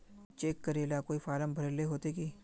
Cheque करेला कोई फारम भरेले होते की?